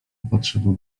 podszedł